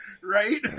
Right